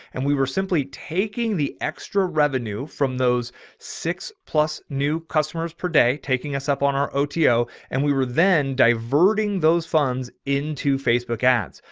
and we were simply taking the extra revenue from those six plus new customers per day, taking us up on our oto. and we were then diverting those funds. into facebook ads.